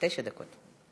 תשע דקות.